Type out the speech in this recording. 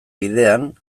bidean